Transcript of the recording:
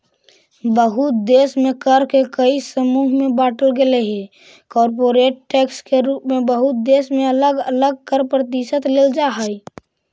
बहुते देश में कर के कई समूह में बांटल गेलइ हे कॉरपोरेट टैक्स के रूप में बहुत देश में अलग अलग कर प्रतिशत लेल जा हई